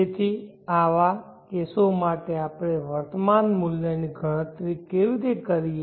તેથી આવા કેસો માટે આપણે વર્તમાન મૂલ્યની ગણતરી કેવી રીતે કરીએ